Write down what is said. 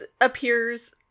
appears